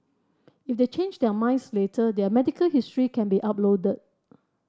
if they change their minds later their medical history can be uploaded